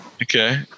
Okay